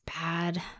bad